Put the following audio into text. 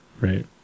right